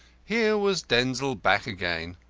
here was denzil back again.